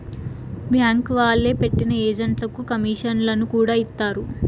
bank వాళ్లే పెట్టిన ఏజెంట్లకు కమీషన్లను కూడా ఇత్తారు